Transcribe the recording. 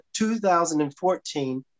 2014